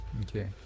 Okay